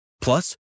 Plus